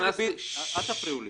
--- אל תפריעו לי.